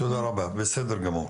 תודה רבה, בסדר גמור.